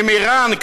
עם איראן,